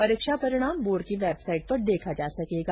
परीक्षा परिणाम बोर्ड की वेबसाइट पर देखा जा सकेगा